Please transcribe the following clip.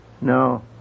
No